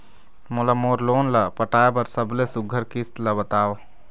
मोला मोर लोन ला पटाए बर सबले सुघ्घर किस्त ला बताव?